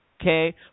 okay